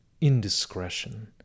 indiscretion